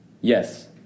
Yes